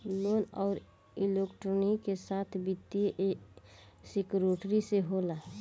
loan अउर equity के साथ वित्तीय सिक्योरिटी से होला